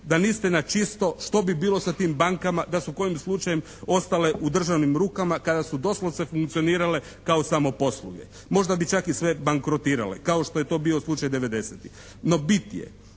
da niste na čisto što bi bilo sa tim bankama da su kojim slučajem ostale u državnim rukama kada su doslovce funkcionirale kao samoposluge. Možda bi čak i sve bankrotirale kao što je to bio slučaj